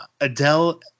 Adele